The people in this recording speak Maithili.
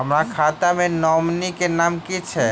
हम्मर खाता मे नॉमनी केँ नाम की छैय